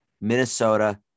Minnesota